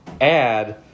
add